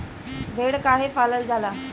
भेड़ काहे पालल जाला?